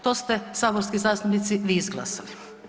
To ste saborski zastupnici vi izglasali.